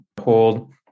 hold